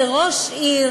כראש עיר,